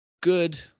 good